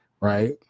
right